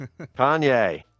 Kanye